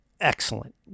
Excellent